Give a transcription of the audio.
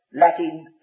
Latin